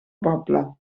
poble